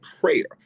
prayer